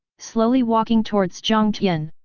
slowly walking towards jiang tian.